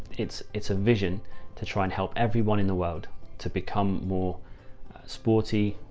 it's, it's a vision to try and help everyone in the world to become more sporty,